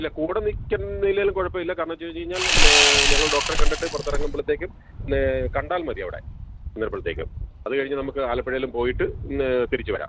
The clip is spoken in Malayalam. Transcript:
ഇല്ല കൂടെ നിൽക്കുന്നില്ലേലും കുഴപ്പമില്ല കാരണം വച്ചു കഴിഞ്ഞാൽ കഴിഞ്ഞാൽ ഞങ്ങൾ ഡോക്ടറേ കണ്ടിട്ട് പുറത്തിറങ്ങുമ്പോഴത്തേക്കും കണ്ടാൽ മതി അവിടെ വരുമ്പോഴത്തേക്കും അത് കഴിഞ്ഞ് നമുക്ക് ആലപ്പുഴയിലും പോയിട്ട് തിരിച്ചു വരാം